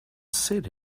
said